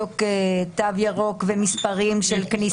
לבדוק תו ירוק ותפוסה.